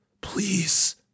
please